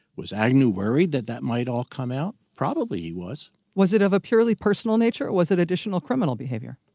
was agnew worried that that might all come out? probably he was was it of a purely personal nature? or was it additional criminal behavior?